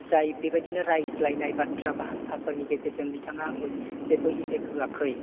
जाय बेबायदिनो रायज्लायनाय बाथ्रा भासाफोरनि गेजेरजों बिथाङा आंखौ जेबो एफेक्त होआखै